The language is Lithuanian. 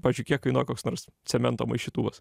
pavyzdžiui kiek kainuoja koks nors cemento maišytuvas